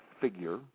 figure